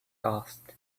asked